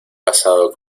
pasado